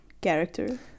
character